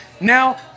Now